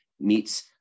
meets